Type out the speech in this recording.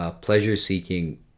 pleasure-seeking